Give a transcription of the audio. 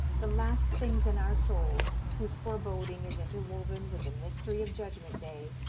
the last things in our soul, whose foreboding is interwoven with the mystery of judgment day,